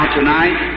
tonight